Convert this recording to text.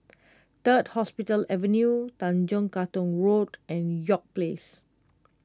Third Hospital Avenue Tanjong Katong Road and York Place